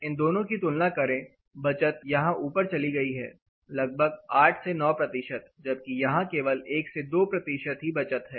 इन दोनों की तुलना करें बचत यहां ऊपर चली गई है लगभग 8 से 9 प्रतिशतजबकि यहां केवल 1 से 2 प्रतिशत की बचत है